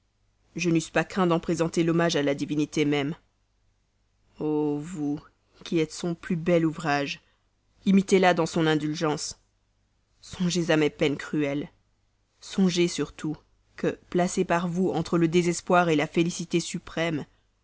je n'eusse pas craint d'en présenter l'hommage à la divinité même o vous qui êtes son plus bel ouvrage imitez la dans son indulgence songez à mes peines cruelles songez surtout que placé par vous entre le désespoir la félicité suprême